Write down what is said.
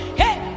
hey